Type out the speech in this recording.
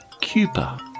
Cuba